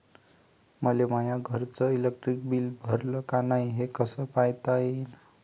मले माया घरचं इलेक्ट्रिक बिल भरलं का नाय, हे कस पायता येईन?